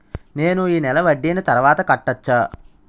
నేను ఈ నెల వడ్డీని తర్వాత కట్టచా?